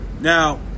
Now